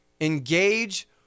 engage